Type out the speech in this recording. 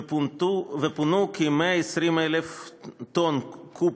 ופונו כ-120,000 קוב